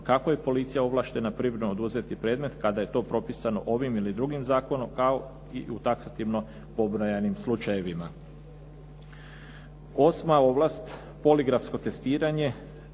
kako je policija ovlaštena privremeno oduzeti predmet kada je to propisano ovim ili drugim zakonom kao i u taksativno pobrojanim slučajevima. Osma ovlast poligrafsko testiranje